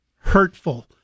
hurtful